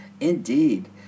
Indeed